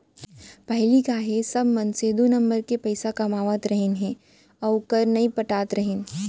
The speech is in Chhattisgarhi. पहिली का हे सब मनसे दू नंबर के पइसा कमावत रहिन हे अउ कर नइ पटात रहिन